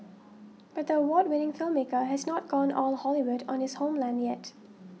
but the award winning filmmaker has not gone all the Hollywood on his homeland yet